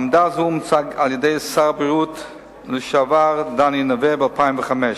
עמדה זאת אומצה על-ידי שר הבריאות לשעבר דני נוה ב-2005,